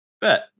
Bet